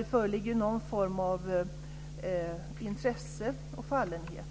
Det föreligger någon form av intresse och fallenhet.